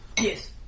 Yes